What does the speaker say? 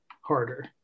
harder